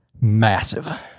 massive